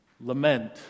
lament